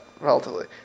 relatively